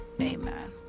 amen